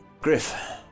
Griff